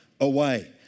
away